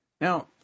Now